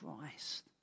Christ